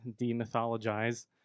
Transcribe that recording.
demythologize